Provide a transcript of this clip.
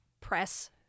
press